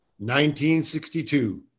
1962